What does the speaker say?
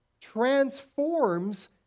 transforms